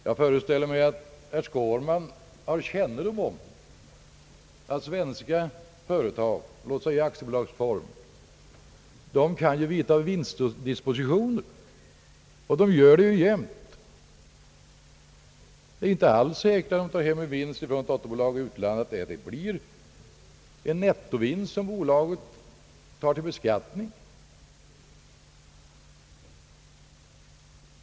Jag föreställer mig att herr Skårman har kännedom om att svenska företag, låt oss säga i aktiebolagsform, kan vidtaga vinstdispositioner och även gör det ständigt. Det är inte alls säkert, om de tar hem en vinst från ett dotterbolag i ett u-land, att det blir en nettovinst som bolaget tar upp till beskattning.